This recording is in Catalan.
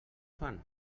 fan